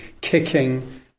kicking